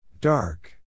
Dark